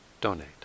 donate